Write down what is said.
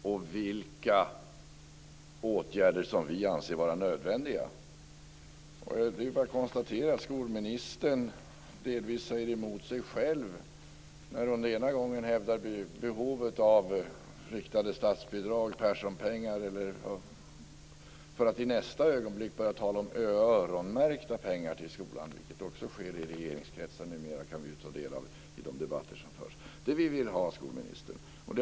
Det är bara att konstatera att skolministern delvis säger emot sig själv när hon ena gången hävdar behovet av riktade statsbidrag och Perssonpengar och andra gången börjar tala om öronmärkta pengar till skolan, vilket numera också sker i regeringskretsar. Det kan vi ta del av i de debatter som förs.